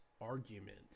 argument